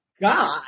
God